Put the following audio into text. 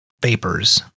Vapors